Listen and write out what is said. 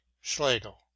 Schlegel